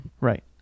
Right